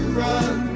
run